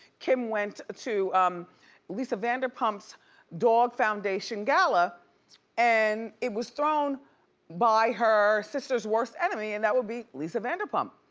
kim went to lisa vanderpump's dog foundation gala and it was thrown by her sister's worst enemy and that would be lisa vanderpump.